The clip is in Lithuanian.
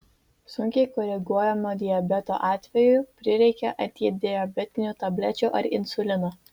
sunkiai koreguojamo diabeto atveju prireikia antidiabetinių tablečių ar insulino